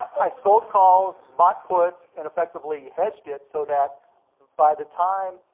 i sold calls, bought puts and effectively hedged it so that by the time.